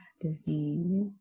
disney